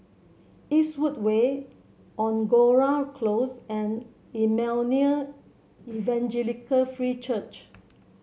Eastwood Way Angora Close and Emmanuel Evangelical Free Church